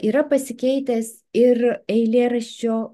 yra pasikeitęs ir eilėraščio